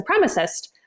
supremacist